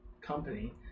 company